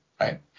right